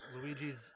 Luigi's